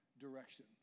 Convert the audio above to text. direction